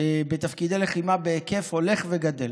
בתפקידי לחימה בהיקף הולך וגדל.